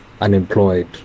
unemployed